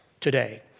today